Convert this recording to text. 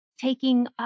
taking